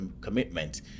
commitment